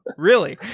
really?